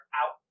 out